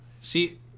See